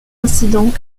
incident